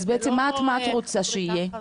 אז בעצם, מה את רוצה שיהיה?